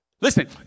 Listen